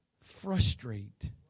frustrate